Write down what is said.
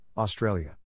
Australia